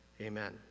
Amen